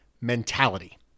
mentality